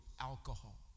alcohol